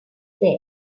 there